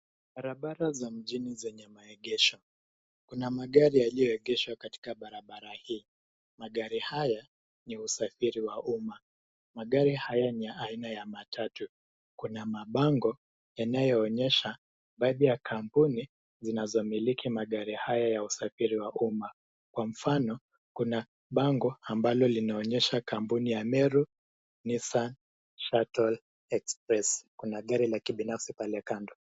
Barabara za mjini zenye maegesho. Kuna magari yaliyoegeshwa katika barabara hii. Magari haya ni ya usafiri wa umma. Magari haya ni ya aina ya matatu. Kuna mabango yanayoonyesha baadhi ya kampuni zinazomiliki magari haya ya usafiri wa umma. Kwa mfano kuna bango ambalo linaoonyesha kampuni ya Meru Nissan Shuttle Express. Kuna gari la kibinafsi pale kando.